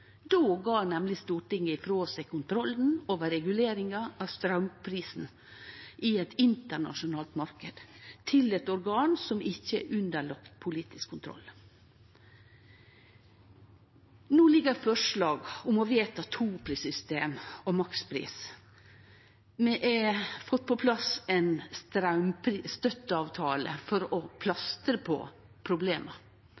Då gav nemleg Stortinget frå seg kontrollen over reguleringa av straumprisen, i ein internasjonal marknad, til eit organ som ikkje er underlagt politisk kontroll. No ligg det føre eit forslag om å vedta toprissystem og makspris. Vi har fått på plass ein støtteavtale for å